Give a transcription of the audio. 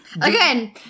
again